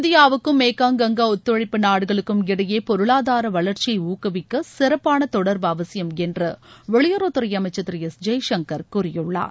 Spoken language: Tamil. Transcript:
இந்தியாவுக்கும் மேகாங் கங்கா ஒத்துழைப்பு நாடுகளுக்கும் இடையே பொருளாதார வளர்ச்சியை ஊக்குவிக்க சிறப்பான தொடர்பு அவசியம் என்று வெளியுறவுத்துறை அமைச்சர் திரு எஸ் ஜெய்சங்கர் கூறியுள்ளார்